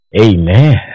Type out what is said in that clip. amen